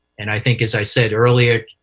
and i think as i said earlier,